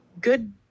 good